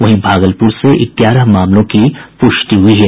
वहीं भागलपुर से ग्यारह मामलों की पुष्टि हुई है